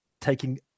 taking